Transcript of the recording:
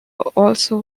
also